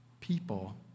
people